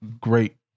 great